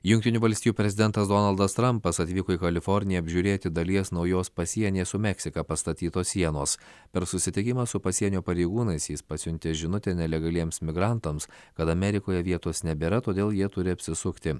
jungtinių valstijų prezidentas donaldas trampas atvyko į kaliforniją apžiūrėti dalies naujos pasienyje su meksika pastatytos sienos per susitikimą su pasienio pareigūnais jis pasiuntė žinutę nelegaliems migrantams kad amerikoje vietos nebėra todėl jie turi apsisukti